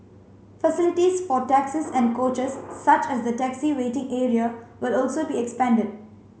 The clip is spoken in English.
facilities for taxis and coaches such as the taxi waiting area will also be expanded